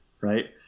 right